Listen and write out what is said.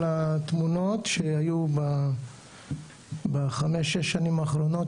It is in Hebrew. התמונות שהיו ב-5-6 השנים האחרונות,